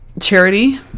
charity